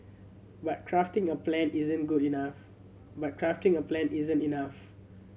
but crafting a plan isn't good enough but crafting a plan isn't enough